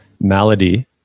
malady